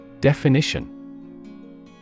Definition